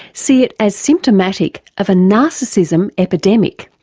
see it as symptomatic of a narcissism epidemic.